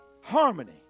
Harmony